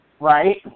Right